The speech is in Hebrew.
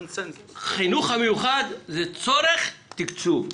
לחינוך המיוחד יש צורך של תקצוב.